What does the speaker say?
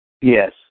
Yes